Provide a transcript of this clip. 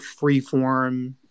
freeform